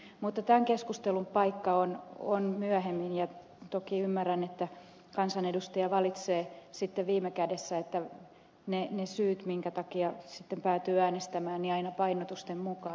mutta tämän keskustelun paikka on myöhemmin ja toki ymmärrän että kansanedustaja valitsee sitten viime kädessä ne syyt minkä takia päätyy äänestämään aina painotusten mukaan